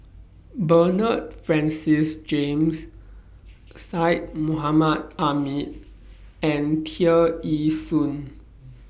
Bernard Francis James Syed Mohamed Ahmed and Tear Ee Soon